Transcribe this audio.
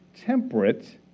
temperate